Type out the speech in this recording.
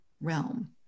realm